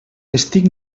estic